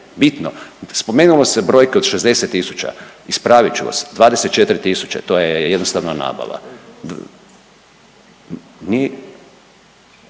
bitno? Spomenulo se brojke od 60000, ispravit ću vas 24000 to je jednostavno nabava. O.k.